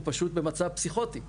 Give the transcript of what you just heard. הוא פשוט במצב פסיכוטי,